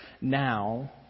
now